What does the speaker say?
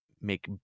make